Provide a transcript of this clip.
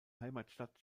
heimatstadt